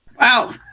Wow